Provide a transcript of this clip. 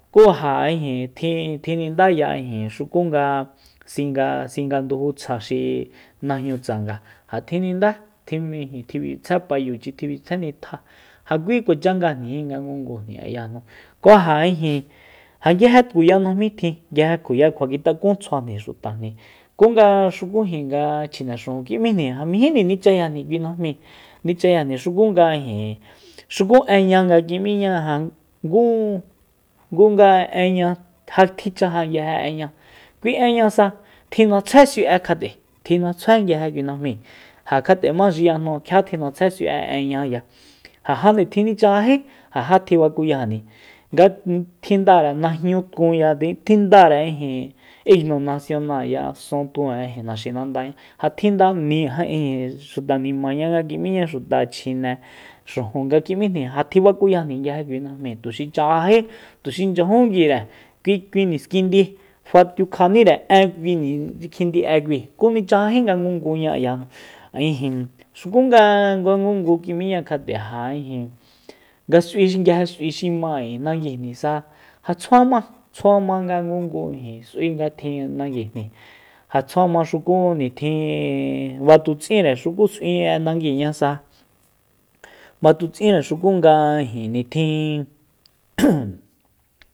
Ku ja ijin tjinindaya xuku nga singa- singa nduju tsja xi najñu tsanga ja tji nindá tji ijin tjimichyitsjae payuchi tjiminchyitsjae nitja ja kui kuacha ngajnijin nga ngungujni ayajnu ku ja ijin ja nguije tkuya najmí tjin nguije tkuya kjuakitakún tsjuajni xutajni ku nga xukujin nga chjine xujun ki'míjni majíjni nichayajni kui najmíi nichayajni xuku nga ijin xuku énña nga ki'míña ja ngu- ngu nga énña ja tjichaja nguije enña kui enñasa tji'natsjé s'ui'e kjat'e tji'natsjé nguije kui najmíi ja kjat'ema xiyajñu kjia tjin'atsje s'ui'e enña ya ja ja tjinichajají ja ja tjibakuyajni nga tjindare najñu tkunya tjindare imnonasionalya son tkun'e naxinandaña ja tjindajnijin ijin xuta nimaña nga ki'míña nga xuta chjine xujun nga ki'míjni ja tjibakuyajni nguije kui najmíi tuxi chajají tuxi nchyajun nguire kui- kui niskindi fatiukjanire én kui ni kjindi'e kui ku nichajají nga ngunguña ayajnu ijin xuku nga ngungu kim'íña kjat'e ja ijin nga s'ui nguije s'ui xi ma k'ui nanguijnisa ja tsjuama tsjuama nga ngungu nga tjin nanguijni ja tjuama xuku nitjin batutsinre xuku s'ui'e naguiñasa batutsinre xukunga ijin nitjin